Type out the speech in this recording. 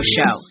Show